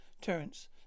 terence